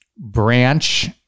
Branch